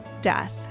death